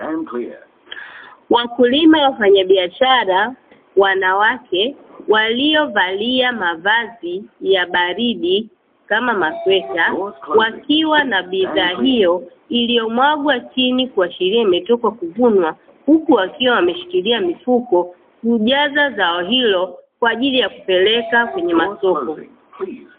Wakulima wafanyabiashara wanawake waliovalia mavazi ya baridi kama masweta, wakiwa na bidhaa hiyo iliyomwagwa chini kuashiria imetoka kuvunwa, huku wakiwa wameshikilia mifuko kujaza zao hilo kwa ajili ya kupeleka kwenye masoko.